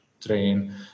train